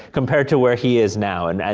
compared to where he is now. and,